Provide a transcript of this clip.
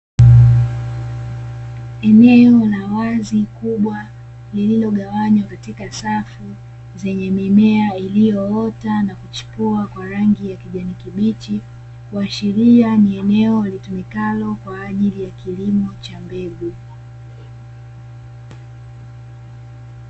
Eneo la wazi kubwa lililogawanywa katika safu zenye mimea iliyoota na kuchipua kwa rangi ya kijani kibichi, kuashiria ni eneo litumikalo kwa ajili ya kilimo cha mbegu.